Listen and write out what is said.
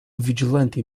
vigilante